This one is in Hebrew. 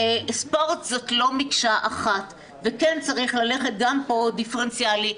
ספורט זאת לא מקשה אחת וכן צריך ללכת גם פה דיפרנציאלית,